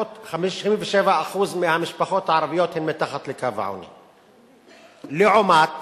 57% מהמשפחות הערביות הן מתחת לקו העוני, לעומת